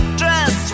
dress